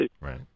Right